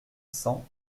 cents